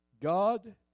God